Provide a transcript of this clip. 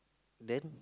then